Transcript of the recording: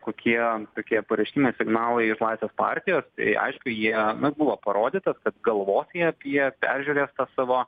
kokie tokie pareiškimai signalai iš laisvės partijos tai aišku jie buvo parodytas kad galvos jie apie peržiūrės tą savo